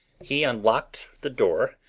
he unlocked the door,